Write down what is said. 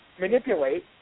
manipulate